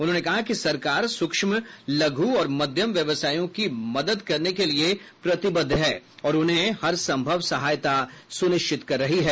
उन्होंने कहा कि सरकार सूक्ष्म लघु और मध्यम व्यवसायों की मदद करने के लिए प्रतिबद्ध है और उन्हें हर संभव सहायता सुनिश्चित कर रही है